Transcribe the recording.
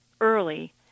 early